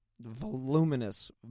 voluminous